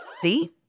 See